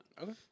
Okay